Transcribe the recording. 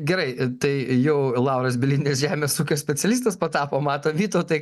gerai tai jau lauras bielinis žemės ūkio specialistas patapo mato vytautai